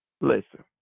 Listen